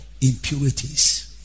Impurities